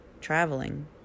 traveling